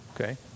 okay